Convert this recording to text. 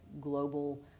global